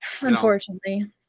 Unfortunately